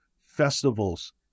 festivals